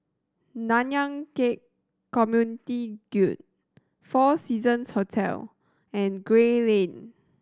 Nanyang Khek Community Guild Four Seasons Hotel and Gray Lane